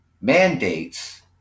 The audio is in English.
mandates